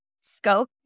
scope